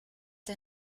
der